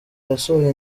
yasohoye